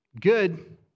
Good